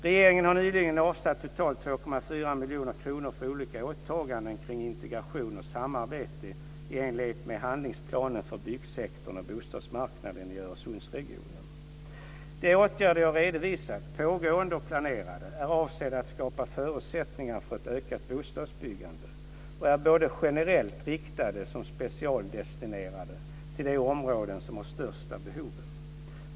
Regeringen har nyligen avsatt totalt 2,4 miljoner kronor för olika åtaganden kring integration och samarbete i enlighet med handlingsplanen för byggsektorn och bostadsmarknaden i Öresundsregionen. De åtgärder jag har redovisat, pågående och planerade, är avsedda att skapa förutsättningar för ett ökat bostadsbyggande och är både generellt riktade och specialdestinerade till de områden som har största behoven.